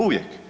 Uvijek.